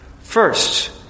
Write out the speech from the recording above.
First